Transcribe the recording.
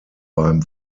beim